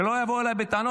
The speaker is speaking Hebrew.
שלא יבואו אליי בטענות.